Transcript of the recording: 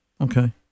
Okay